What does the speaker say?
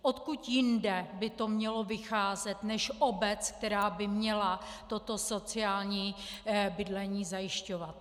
Odkud jinde by to mělo vycházet než obec, která by měla toto sociální bydlení zajišťovat.